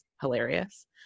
Hilarious